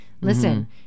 Listen